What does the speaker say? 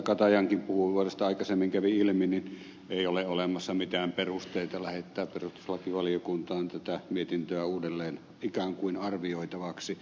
katajankin puheenvuorosta aikaisemmin kävi ilmi ei ole olemassa mitään perusteita lähettää perustuslakivaliokuntaan tätä mietintöä uudelleen ikään kuin arvioitavaksi